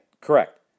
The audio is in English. Correct